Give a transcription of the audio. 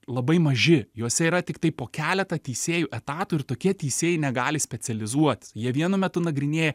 labai maži juose yra tiktai po keletą teisėjų etatų ir tokie teisėjai negali specializuotis jie vienu metu nagrinėja